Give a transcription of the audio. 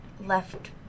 left